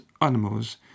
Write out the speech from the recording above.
animals